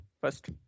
first